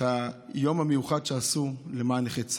ביום המיוחד שעשו למען נכי צה"ל,